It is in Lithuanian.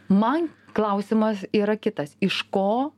man klausimas yra kitas iš ko